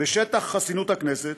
בשטח חסינות הכנסת